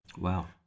Wow